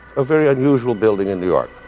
a very unusual building in new york,